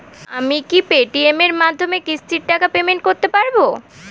আমি কি Paytm এর মাধ্যমে কিস্তির টাকা পেমেন্ট করতে পারব?